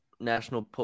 national